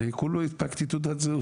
כולה הנפקתי תעודת זהות,